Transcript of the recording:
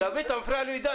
דוד, אתה מפריע לעידן.